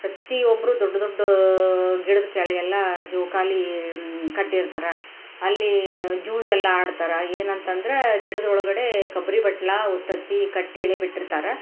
ಪ್ರತಿ ಒಬ್ಬರು ದೊಡ್ಡ ದೊಡ್ಡ ಗಿಡದ ಕೆಳಗೆಲ್ಲ ಜೋಕಾಲಿ ಕಟ್ಟಿರ್ತಾರೆ ಅಲ್ಲಿ ಜೂಜೆಲ್ಲ ಆಡ್ತಾರೆ ಏನಂತಂದ್ರೆ ಗಿಡದೊಳಗಡೆ ಕೊಬ್ರಿ ಬಟ್ಲು ಉತ್ತುತ್ತಿ ಕಟ್ಟಿ ಇಳಿ ಬಿಟ್ಟಿರ್ತಾರೆ